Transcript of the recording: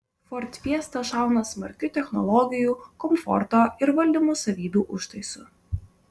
ford fiesta šauna smarkiu technologijų komforto ir valdymo savybių užtaisu